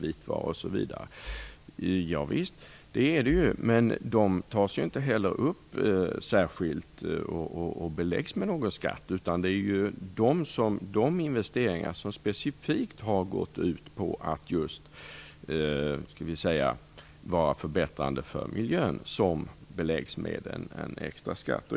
Ja visst, men de beläggs inte heller med någon skatt, utan det är de investeringar som specifikt gjorts för att förbättra miljön som beläggs med en extra skatt.